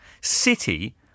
City